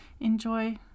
enjoy